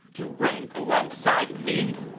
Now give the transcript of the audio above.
to rank alongside me?